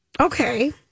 Okay